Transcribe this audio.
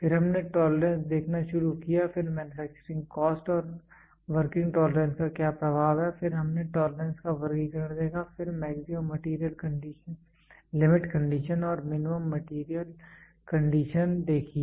फिर हमने टोलरेंस देखना शुरू किया फिर मैन्युफैक्चरिंग कॉस्ट और वर्किंग टोलरेंस का क्या प्रभाव है फिर हमने टोलरेंस का वर्गीकरण देखा फिर मैक्सिमम मेटीरियल लिमिट कंडीशन और मिनिमम मैटेरियल कंडीशन देखी